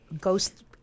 ghost